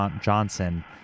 Johnson